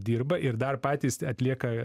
dirba ir dar patys atlieka